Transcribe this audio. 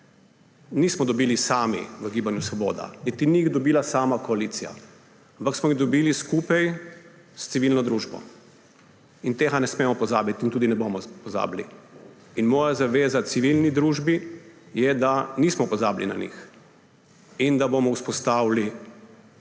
nismo dobili sami v Gibanju Svoboda niti jih ni dobila sama koalicija, ampak smo jih dobili skupaj s civilno družbo. Tega ne smemo pozabiti in tudi ne bomo pozabili. Moja zaveza civilni družbi je, da nismo pozabili na njih in da bomo vzpostavili